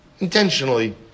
Intentionally